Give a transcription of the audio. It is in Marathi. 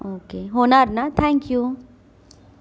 ओके होणार नं थँक यू